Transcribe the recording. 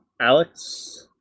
Alex